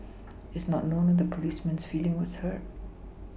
it's not known if the policeman's feeling was hurt